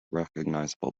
recognizable